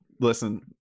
Listen